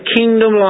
kingdom